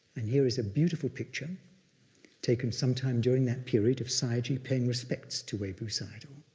and here is a beautiful picture taken some time during that period of sayagyi paying respects to webu sayadaw.